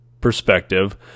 perspective